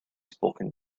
spoken